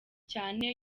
cyane